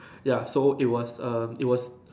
ya so it was err it was